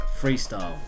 Freestyle